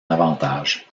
avantage